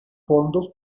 fondos